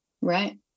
Right